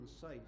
safe